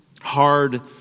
hard